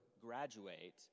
graduate